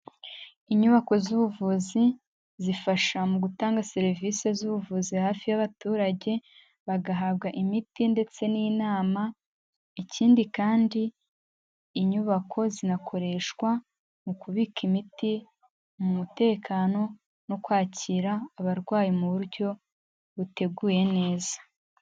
Inyubako z'ubuvuzi zifasha mu gutanga serivisi z'ubuvuzi hafi y'abaturage, bagahabwa imiti ndetse n'inama, ikindi kandi inyubako zinakoreshwa mu kubika imiti, mu mutekano no kwakira abarwayi mu buryo buteguye neza.